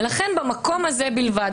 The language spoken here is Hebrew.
ולכן במקום הזה בלבד,